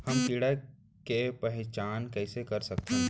हम कीड़ा के पहिचान कईसे कर सकथन